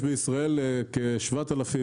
יש בישראל כ-7,000,